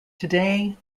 today